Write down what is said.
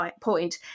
point